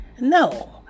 No